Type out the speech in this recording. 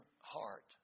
heart